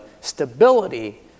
stability